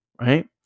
right